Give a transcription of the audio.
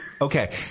Okay